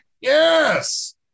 Yes